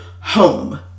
home